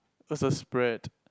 versus spread